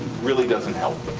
really doesn't help.